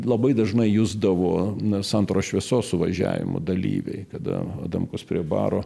labai dažnai jusdavo na santaros šviesos suvažiavimo dalyviai kada adamkus prie baro